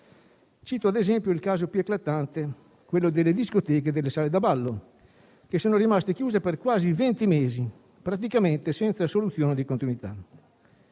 cito, ad esempio, il caso più eclatante, quello delle discoteche e delle sale da ballo, che sono rimaste chiuse per quasi venti mesi, praticamente senza soluzione di continuità.